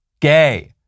gay